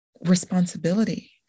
responsibility